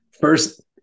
First